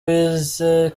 bize